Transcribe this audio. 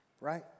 right